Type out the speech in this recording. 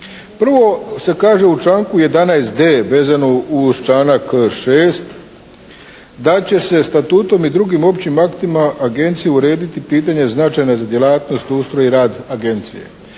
Prvo se kaže u članku 11.d vezano uz članak 6. da će se statutom i drugim općim aktima agencije urediti pitanje značajna djelatnost ustroj i rad agencije.